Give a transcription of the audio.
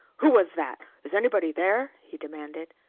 who was that? is anybody there? he demanded.